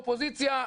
אופוזיציה,